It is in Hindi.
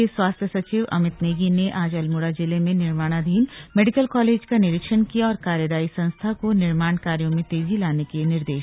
के स्वास्थ्य सचिव अमित नेगी ने आज अल्मोड़ा जिले में निर्माणाधीन मेडिकल कालेज का निरीक्षण किया और कार्यदायी संस्था को निर्माण कार्यो में तेजी लाने के निर्दे